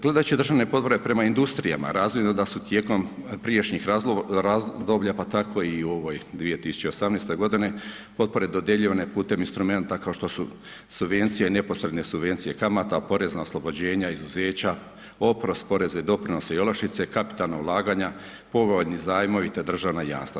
Gledajući državne potpore prema industrijama razvidno je da su tijekom prijašnjih razdoblja pa tako i u ovoj 2018. godini potpore dodjeljivane putem instrumenata kao što su subvencije i neposredne subvencije kamata, porezna oslobođenja, izuzeća, oprost poreza i doprinosa i olakšice, kapitalna ulaganja, povoljni zajmovi te državna jamstva.